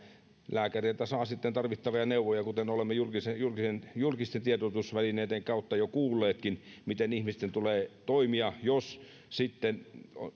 lääkäreiltä saa sitten tarvittavia neuvoja kuten olemme julkisten tiedotusvälineiden kautta jo kuulleetkin miten ihmisten tulee toimia jos sitten